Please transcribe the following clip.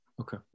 Okay